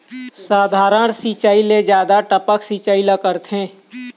साधारण सिचायी ले जादा टपक सिचायी ला करथे